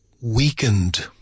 weakened